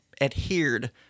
adhered